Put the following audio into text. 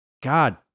God